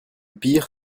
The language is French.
pire